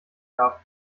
gab